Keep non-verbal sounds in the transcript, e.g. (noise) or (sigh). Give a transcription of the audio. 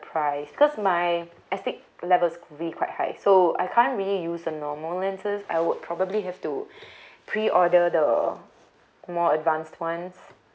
price because my astig levels is really quite high so I can't really use a normal lenses I would probably have to (breath) preorder the more advanced ones